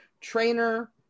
trainer